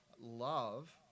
love